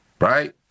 right